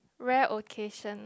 rare occasion